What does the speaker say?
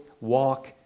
walk